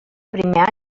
primer